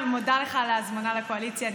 אני מודה לך על ההזמנה לקואליציה.